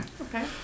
Okay